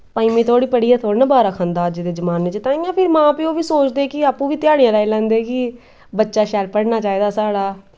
पंजमीं धोड़ी पढ़िया थोह्ड़ी न बारां खंदा अज दे जमाने च तेइयां फ्ही मां प्यो बी सोचदे कि आपूं बी ध्याह्ड़ियां लाई लैंदे की बच्चा शैल पढ़ना चाहिदा साढ़ा